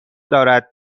دارد